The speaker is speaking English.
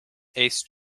ace